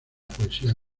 poesía